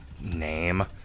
name